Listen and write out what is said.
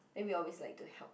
then we always like to help